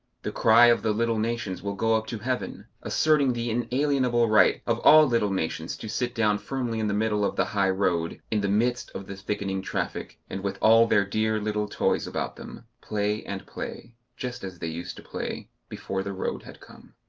the cry of the little nations will go up to heaven, asserting the inalienable right of all little nations to sit down firmly in the middle of the high-road, in the midst of the thickening traffic, and with all their dear little toys about them, play and play just as they used to play before the road had come.